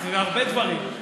הרבה דברים.